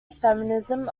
feminism